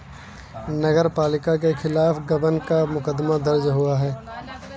नगर पालिका के खिलाफ गबन का मुकदमा दर्ज हुआ है